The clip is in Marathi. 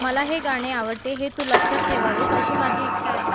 मला हे गाणे आवडते हे तू लक्षात ठेवावेस अशी माझी इच्छा आहे